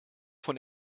von